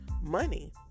money